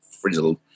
frizzled